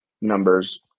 numbers